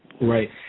Right